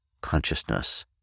consciousness